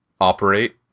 operate